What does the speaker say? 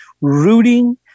rooting